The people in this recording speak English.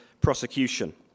prosecution